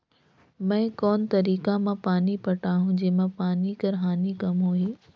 मैं कोन तरीका म पानी पटाहूं जेमा पानी कर हानि कम होही?